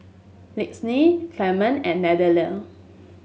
Lyndsey Clemente and Nathaniel